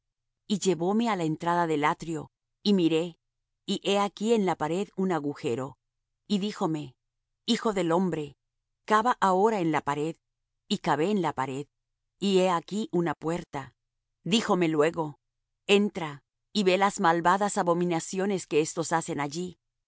y llevóme á la entrada del atrio y miré y he aquí en la pared un agujero y díjome hijo del hombre cava ahora en la pared y cavé en la pared y he aquí una puerta díjome luego entra y ve las malvadas abominaciones que éstos hacen allí